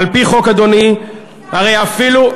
על-פי חוק, אדוני, הרי אפילו,